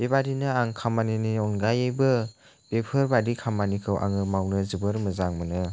बेबादिनो आं खामानिनि अनगायैबो बेफोरबायदि खामानिखौ आङो मावनो जोबोर मोजां मोनो